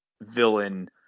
villain